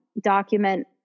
document